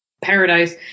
paradise